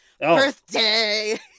Birthday